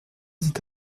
dit